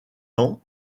ans